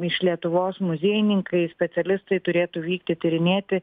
iš lietuvos muziejininkai specialistai turėtų vykti tyrinėti